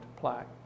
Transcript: plaque